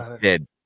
dead